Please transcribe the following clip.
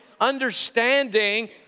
understanding